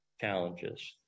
challenges